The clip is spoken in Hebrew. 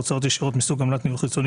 הוצאות ישירות מסוג עמלת ניהול חיצוני